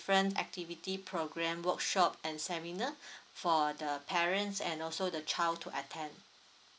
different activity programme workshop and seminar for the parents and also the child to attend